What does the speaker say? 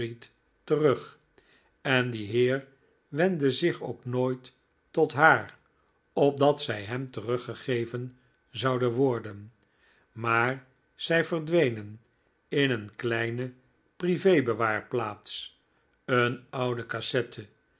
terug en die heer wendde zich ook nooit tot haar opdat zij hem teruggegeven zouden worden maar zij verdwenen in een kleine prive bewaarplaats een oude cassette